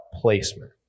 placement